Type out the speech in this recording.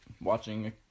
watching